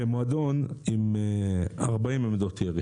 מועדון עם 40 עמדות ירי